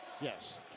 yes